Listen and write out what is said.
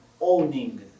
owning